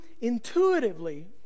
intuitively